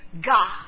God